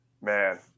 man